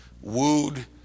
wooed